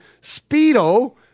Speedo